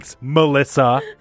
Melissa